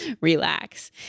relax